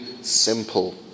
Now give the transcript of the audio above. simple